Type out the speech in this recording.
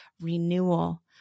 renewal